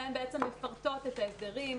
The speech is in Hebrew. והן מפרטות את ההסדרים,